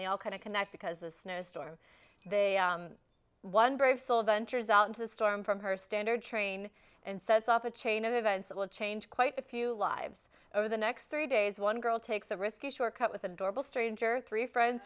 they all kind of connect because the snowstorm they one brave soul ventures out into the storm from her standard train and sets off a chain of events that will change quite a few lives over the next three days one girl takes a risky short cut with an adorable stranger three friends